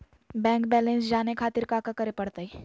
Bank balance जाने खातिर काका करे पड़तई?